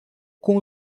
com